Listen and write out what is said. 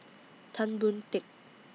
Tan Boon Teik